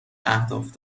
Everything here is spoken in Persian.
اهداف